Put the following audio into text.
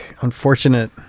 unfortunate